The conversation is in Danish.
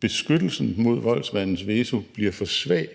beskyttelsen mod voldsmandens veto bliver for svag